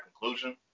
conclusion